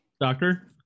Doctor